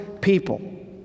people